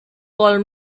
call